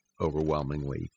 overwhelmingly